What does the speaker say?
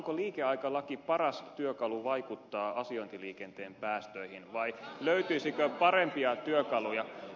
onko liikeaikalaki paras työkalu vaikuttaa asiointiliikenteen päästöihin vai löytyisikö parempia työkaluja